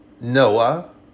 Noah